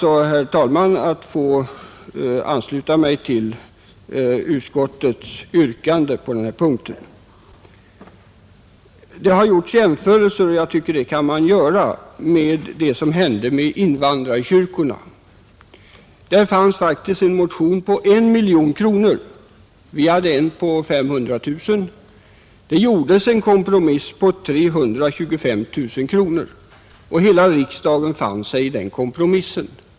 Jag ber alltså att få ansluta mig till utskottets hemställan på denna punkt. Det har gjorts jämförelser — och det tycker jag att man kan göra — med vad som hände med invandrarkyrkorna. I den frågan hade det väckts en motion från folkpartihåll med begäran om 1 miljon kronor, och från socialdemokratiskt håll hade väckts en motion med begäran om 500 000 kronor. Det gjordes en kompromiss i inrikesutskottet där man stannade för 325 000 kronor, och hela riksdagen fann sig i den kompromissen.